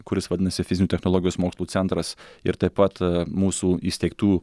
kuris vadinasi fizinių technologijos mokslų centras ir taip pat mūsų įsteigtų